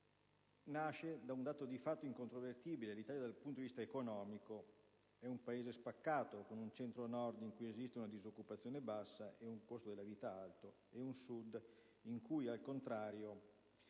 L'idea nasce da un dato di fatto incontrovertibile: l'Italia dal punto di vista economico è un Paese spaccato, con un Centro Nord in cui esiste una disoccupazione bassa e un costo della vita alto e un Sud in cui, al contrario,